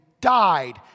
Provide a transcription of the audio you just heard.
died